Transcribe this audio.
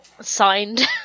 signed